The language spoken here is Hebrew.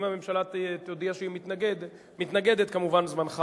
אם הממשלה תודיע שהיא מתנגדת, כמובן, זמנך